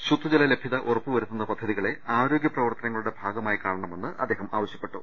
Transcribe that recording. ശുദ്ധജല ലഭ്യത ഉറപ്പുവരുത്തുന്ന പദ്ധതികളെ ആരോഗ്യ പ്രവർത്തനങ്ങളുടെ ഭാഗമായി കാണണമെന്ന് അദ്ദേഹം ആവശ്യപ്പെട്ടു